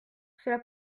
cela